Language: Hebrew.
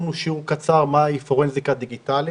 לנו שיעור קצר מה היא פורנזיקה דיגיטלית,